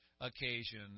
occasion